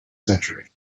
century